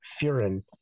furin